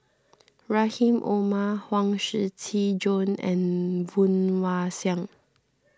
Rahim Omar Huang Shiqi Joan and Woon Wah Siang